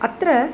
अत्र